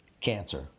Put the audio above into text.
Cancer